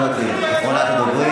--- הרגתם אותו בדם קר.